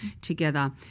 together